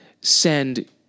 send